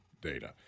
data